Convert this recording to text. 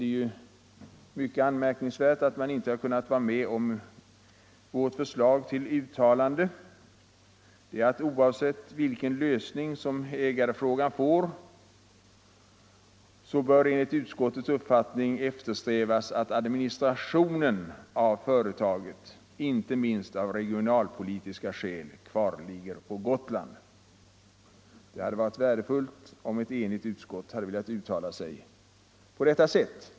Det är mycket anmärkningsvärt att man t.ex. inte har kunnat acceptera vårt förslag till uttalande: ”Oavsett vilken lösning som kommer att förordas bör enligt utskottets uppfattning eftersträvas att administrationen av nämnda företag — inte minst av regionalpolitiska skäl — kvarligger på Gotland.” Det hade varit värdefullt om ett enigt utskott hade velat göra detta uttalande.